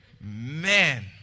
man